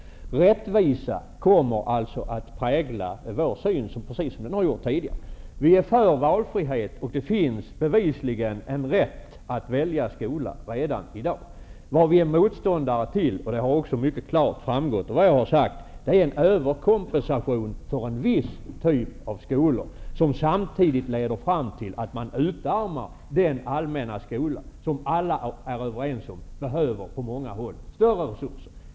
Rättvisa kommer alltså att prägla vår syn, precis som den har gjort tidigare. Vi är för valfrihet. Det finns bevisligen en rätt att välja skola redan i dag. Vad vi är motståndare till -- och det har också mycket klart framgått av vad jag har sagt -- är en överkompensation för en viss typ av skolor, vilket samtidigt leder fram till att man utarmar den allmänna skolan. Alla är överens om att den på många håll behöver större resurser.